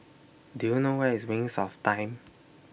Do YOU know Where IS Wings of Time